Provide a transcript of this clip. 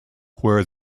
where